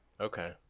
Okay